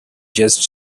just